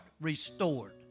restored